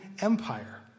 Empire